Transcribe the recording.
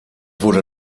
wurde